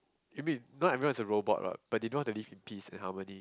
you mean not everyone is a robot what but they know how to live in peace and harmony